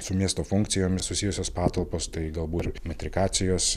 su miesto funkcijomis susijusios patalpos tai galbūt metrikacijos